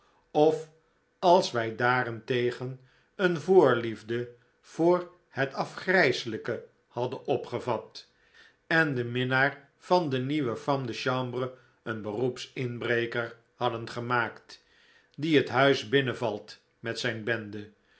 of als wij daarentegen een voorliefde voor het afgrijselijke hadden opgevat en den minnaar van de nieuwe femme de chambre een beroepsinbreker hadden gemaakt die het huis binnenvalt met zijn bende